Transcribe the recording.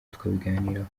tukabiganiraho